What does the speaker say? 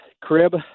crib